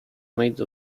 made